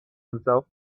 himself